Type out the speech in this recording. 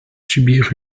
subir